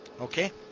okay